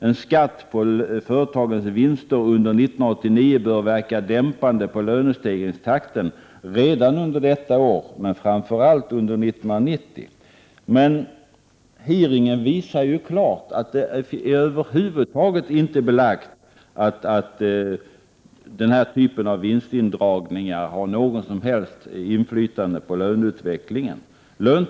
En skatt på företagens vinster under år 1989 bör verka dämpande på lönestegringstakten redan under detta år men framför allt under 1990, säger man också. Men hearingen visade ju klart att det över huvud taget inte är belagt att denna typ av vinstindragning har något som helst inflytande på löneutvecklingen.